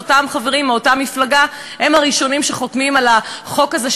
אותם חברים מאותה מפלגה הם הראשונים שחותמים על החוק הזה,